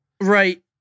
Right